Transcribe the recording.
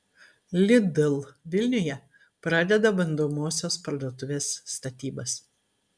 lidl vilniuje pradeda bandomosios parduotuvės statybas